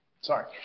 Sorry